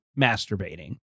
masturbating